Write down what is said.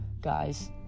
guys